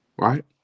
Right